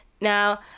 Now